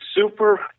super –